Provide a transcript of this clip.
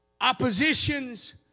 oppositions